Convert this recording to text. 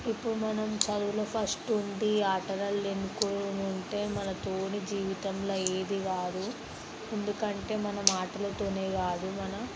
ఇప్పుడు మనం చదువులో ఫస్ట్ ఉండి ఆటలల్లో వెనుక ఉంటే మనతో జీవితంలో ఏదీకాదు ఎందుకంటే మనం ఆటలతోనే కాదు మన